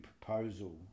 proposal